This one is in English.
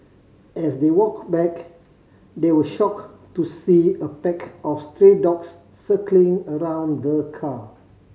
as they walked back they were shocked to see a pack of stray dogs circling around the car